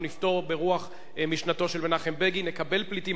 נפתור ברוח משנתו של מנחם בגין: נקבל פליטים.